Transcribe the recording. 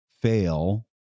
fail